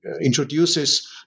introduces